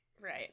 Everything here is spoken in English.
Right